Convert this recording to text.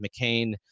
McCain